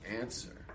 answer